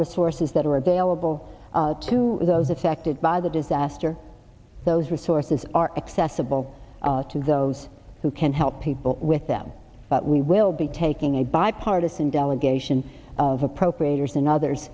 resources that are available to those affected by the disaster those resources are accessible to those who can help people with them but we will be taking a bipartisan delegation of appropriators and others